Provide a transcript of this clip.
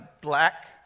black